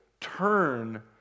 turn